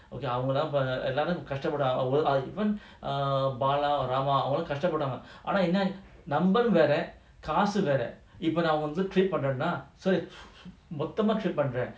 okay அவங்கதான்எல்லோரும்கஷ்டப்படறாங்க:avangathan ellorum kastapadranga err even err bala or rama ஆனாநம்மவேறகாசுவேற:aana namma vera kaasu vera err